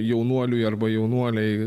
jaunuoliui arba jaunuolei